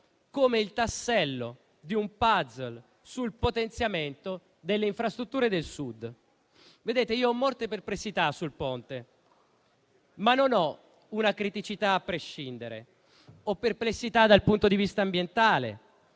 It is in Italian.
come il tassello di un *puzzle* per il potenziamento delle infrastrutture del Sud. Ho molte perplessità sul Ponte, ma non ho una criticità a prescindere. Ho perplessità dal punto di vista ambientale